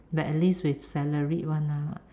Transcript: but at least with salaried one lah